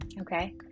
okay